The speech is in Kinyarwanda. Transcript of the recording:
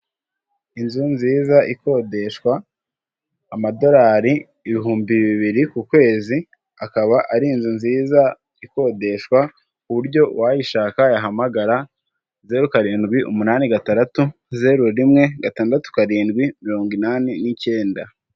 Inzu nziza ikodeshwa amadolari ibihumbi bibiri ku kwezi akaba ari inzu nziza ikodeshwa ku buryo uwayishaka yahamagara zeru karindwi umunani gatandatu zeru rimwe gatandatu karindwi mirongo inani n'icyenda.